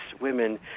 women